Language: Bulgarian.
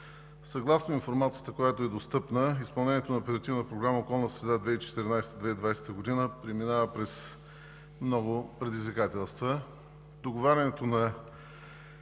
съгласно информацията, която е достъпна, изпълнението на Оперативна програма „Околна среда 2014 – 2020 г.“ преминава през много предизвикателства. Договарянето на